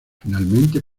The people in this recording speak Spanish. finalmente